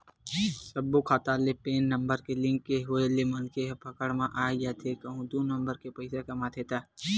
सब्बो खाता ले पेन नंबर के लिंक के होय ले मनखे ह पकड़ म आई जाथे कहूं दू नंबर के पइसा कमाथे ता